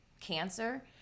cancer